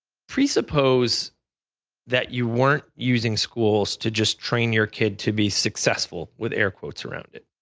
presuppose that you weren't using schools to just train your kid to be successful with air quotes around it.